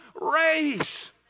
race